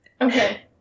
Okay